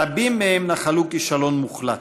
רבים מהם נחלו כישלון מוחלט.